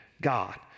God